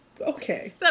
okay